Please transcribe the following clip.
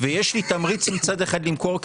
ויש לי תמריץ מצד אחד למכור,